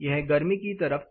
यह गर्मी की तरफ था